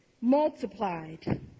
multiplied